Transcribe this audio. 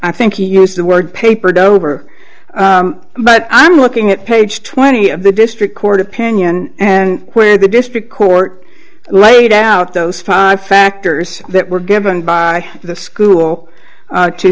i think he used the word papered over but i'm looking at page twenty of the district court opinion and where the district court laid out those five factors that were given by the school